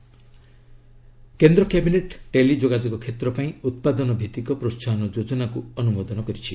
cabinet କେନ୍ଦ୍ର cabinet ଟେଲି ଯୋଗାଯୋଗ କ୍ଷେତ୍ର ପାଇଁ ଉତ୍ପାଦନ ଭିଭିକ ପ୍ରୋହାହନ ଯୋଜନାକୁ ଅନୁମୋଦନ କରିଛି